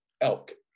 elk